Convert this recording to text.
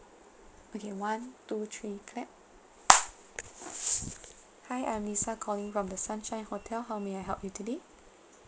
okay one two three clap hi I'm lisa calling from the sunshine hotel how may I help you today